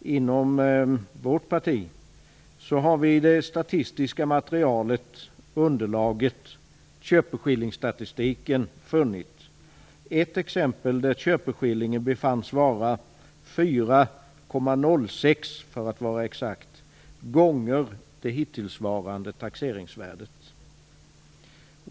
inom vårt parti, i det statistiska underlaget - köpeskillingsstatistiken - funnit ett exempel där köpeskillingen befanns vara 4,06 gånger det hittillsvarande taxeringsvärdet, för att vara exakt.